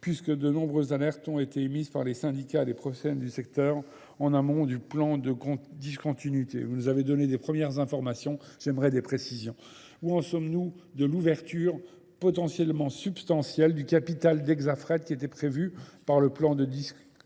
puisque de nombreuses alertes ont été émises par les syndicats des professionnels du secteur en amont du plan de discontinuité ? Vous nous avez donné des premières informations. J'aimerais des précisions. Où en sommes-nous de l'ouverture potentiellement substantielle du capital d'Exafret qui était prévu par le plan de discontinuité ?